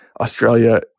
Australia